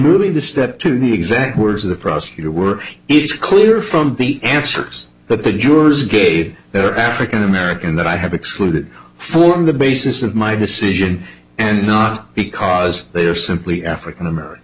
moving the step to the exact words of the prosecutor were it's clear from the answers that the jurors gave that are african american that i have excluded form the basis of my decision and not because they are simply african american